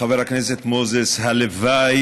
חבר הכנסת מוזס, הלוואי